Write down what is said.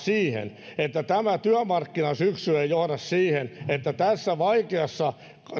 ainakin siihen että tämä työmarkkinasyksy ei johda siihen että tässä vaikeassa